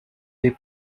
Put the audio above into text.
des